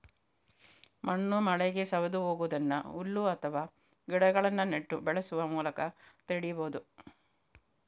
ಮಣ್ಣು ಮಳೆಗೆ ಸವೆದು ಹೋಗುದನ್ನ ಹುಲ್ಲು ಅಥವಾ ಗಿಡಗಳನ್ನ ನೆಟ್ಟು ಬೆಳೆಸುವ ಮೂಲಕ ತಡೀಬಹುದು